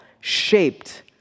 shaped